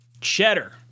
Cheddar